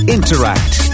Interact